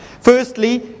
Firstly